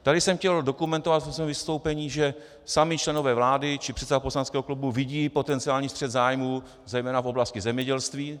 Tady jsem chtěl dokumentovat ve svém vystoupení, že sami členové vlády či předseda poslaneckého klubu vidí potenciální střet zájmů zejména v oblasti zemědělství.